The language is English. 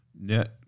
net